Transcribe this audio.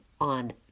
on